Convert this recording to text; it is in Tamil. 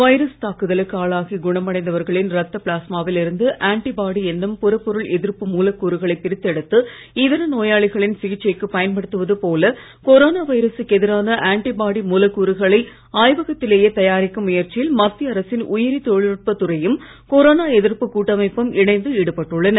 வைரஸ் தாக்குதலுக்கு ஆளாகி குணமடைந்தவர்களின் ரத்த பிளாஸ்மாவில் இருந்து ஆன்ட்டிபாடி என்னும் புறப்பொருள் எதிர்ப்பு மூலக்கூறுகளை பிரித்தெடுத்து இதர நோயாளிகளின் சிகிச்சைக்கு பயன்படுத்துவது போல கொரோனா வைரசுக்கு எதிரான ஆன்ட்டிபாடி மூலக்கூறுகளை ஆய்வகத்திலேயே தயாரிக்கும் முயற்சியில் மத்திய அரசின் உயிரி தொழில்நுட்ப துறையும் கொரோனா எதிர்ப்பு கூட்டமைப்பும் இணைந்து ஈடுபட்டுள்ளன